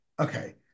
Okay